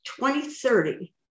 2030